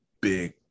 big